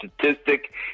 statistic